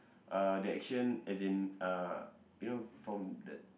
uh the action as in uh you know from the